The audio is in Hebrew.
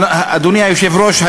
אדוני היושב-ראש,